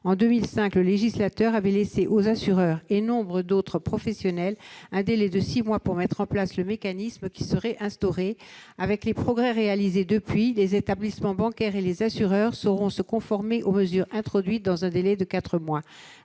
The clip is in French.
En 2005, le législateur avait laissé aux assureurs et à nombre d'autres professionnels un délai de six mois pour mettre en place le mécanisme qui serait instauré. Avec les progrès réalisés depuis, les établissements bancaires et les assureurs sauront se conformer aux mesures introduites dans un délai de quatre mois.